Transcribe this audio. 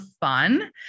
fun